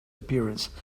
appearance